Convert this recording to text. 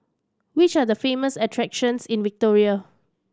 which are the famous attractions in Victoria